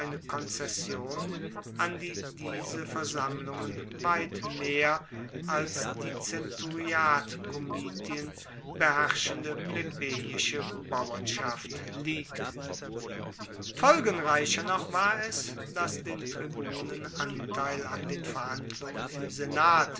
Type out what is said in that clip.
konzession an die diese versammlungen weit mehr als die zenturiatkomitien beherrschende plebejische bauernschaft liegt folgenreicher noch war es dass den tribunen anteil an den verhandlungen im senat